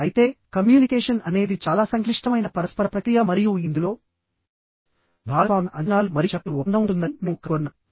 అయితేకమ్యూనికేషన్ అనేది చాలా సంక్లిష్టమైన పరస్పర ప్రక్రియ మరియు ఇందులో భాగస్వామ్య అంచనాలు మరియు చెప్పని ఒప్పందం ఉంటుందని మేము కనుగొన్నాము